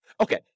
Okay